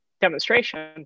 demonstration